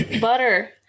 Butter